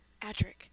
Adric